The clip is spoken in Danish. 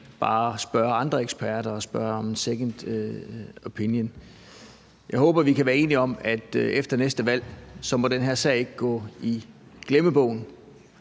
bare spørge andre eksperter og spørge om en second opinion. Jeg håber, at vi kan være enige om, at efter næste valg må den her sag ikke gå i glemmebogen,